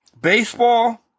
Baseball